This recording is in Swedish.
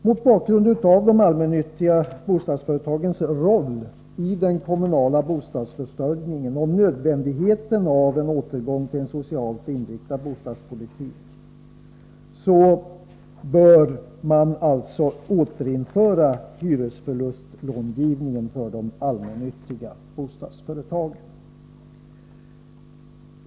Mot bakgrund av de allmännyttiga bostadsföretagens roll i den kommunala bostadsförsörjningen och nödvändigheten av en återgång till en socialt inriktad bostadspolitik bör man alltså återinföra hyresförlustlångivningen till de allmännyttiga bostadsföretagen.